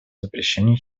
запрещению